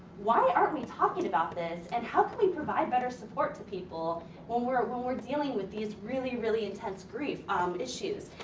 why aren't we talking about this and how can we provide better support to people when we're when we're dealing with these really, really intense grief um issues?